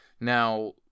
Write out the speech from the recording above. Now